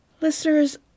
Listeners